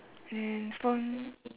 then phone